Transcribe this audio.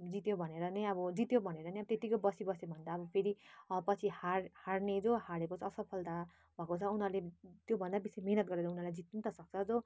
जित्यो भनेर नै अब जित्यो भनेर नै त्यतिकै बसिबस्यो भने त अब फेरि पछि हार हार्ने जो हारेको छ असफलता भएको छ उनीहरूले त्योभन्दा बेसी मिहिनेत गरेर उनीहरूलाई जित्नु पनि त सक्छ जो